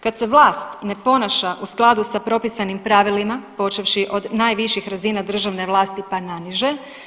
Kad se vlast ne ponaša u skladu sa propisanim pravilima počevši od najviših razina državne vlasti pa na niže.